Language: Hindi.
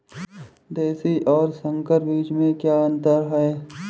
देशी और संकर बीज में क्या अंतर है?